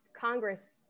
Congress